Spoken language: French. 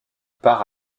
part